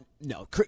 no